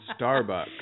Starbucks